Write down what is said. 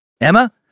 Emma